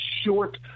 short